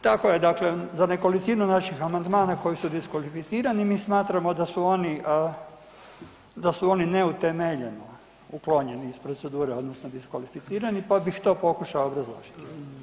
Tako je, dakle, za nekolicinu naših amandmana koji su diskvalificirani, mi smatramo da su oni neutemeljeno uklonjeni iz procedure, odnosno diskvalificirani, pa bih to pokušao obrazložiti.